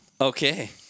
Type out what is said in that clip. Okay